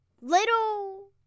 Little